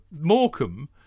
Morecambe